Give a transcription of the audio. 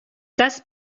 دست